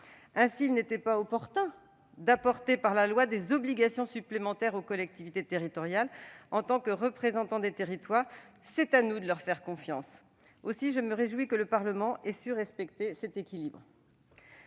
Ainsi n'était-il pas opportun d'apporter par la loi des obligations supplémentaires aux collectivités territoriales. En tant que représentants des territoires, c'est à nous de leur faire confiance. Aussi, je me réjouis que le Parlement ait su respecter cet équilibre.